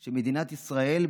של מדינת ישראל,